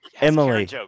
Emily